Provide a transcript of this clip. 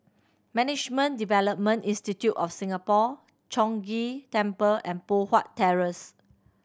Management Development Institute of Singapore Chong Ghee Temple and Poh Huat Terrace